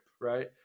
right